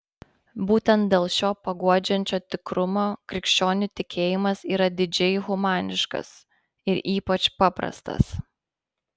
būtent dėl šio paguodžiančio tikrumo krikščionių tikėjimas yra didžiai humaniškas ir ypač paprastas